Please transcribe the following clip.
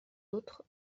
autres